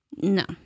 No